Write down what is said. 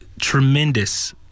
tremendous